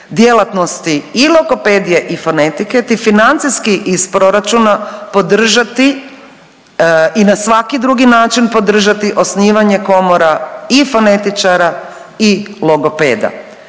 djelatnosti i logopedije i fonetike te financijskih iz proračuna podržati i na svaki drugi način podržati osnivanje komora i fonetičara i logopeda.